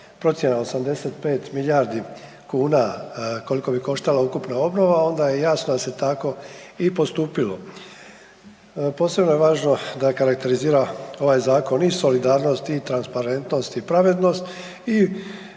procjena 85 milijardi kuna, koliko bi koštala ukupna obnova, onda je jasno da se tako i postupilo. Posebno je važno da karakterizira ovaj zakon i solidarnost i transparentnost i pravednost i